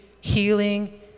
healing